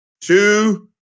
two